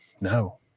no